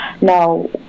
Now